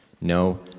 No